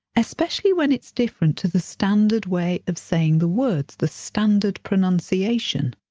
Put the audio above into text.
especially when it's different to the standard way of saying the words, the standard pronunciation.